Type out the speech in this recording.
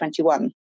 2021